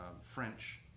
French